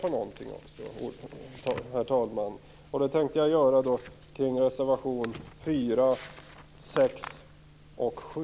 Avslutningsvis yrkar jag, herr talman, bifall till reservationerna 4, 6 och 7.